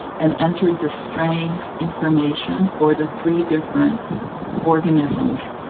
and entered the strain information for the three different organisms.